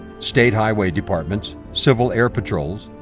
state highway departments, civil air patrols,